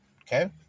Okay